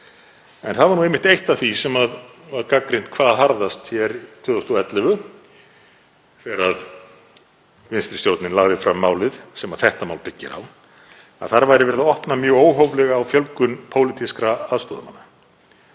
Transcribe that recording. Það var nú einmitt eitt af því sem var gagnrýnt hvað harðast hér 2011 þegar vinstri stjórnin lagði fram málið sem þetta mál byggir á, að þar væri verið að opna mjög óhóflega á fjölgun pólitískra aðstoðarmanna.